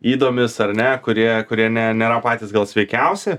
ydomis ar ne kurie kurie ne nėra patys gal sveikiausi